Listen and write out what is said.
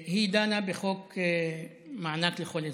היא דנה בחוק מענק לכל אזרח.